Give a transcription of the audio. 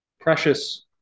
precious